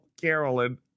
Carolyn